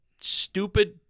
stupid